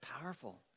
powerful